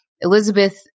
Elizabeth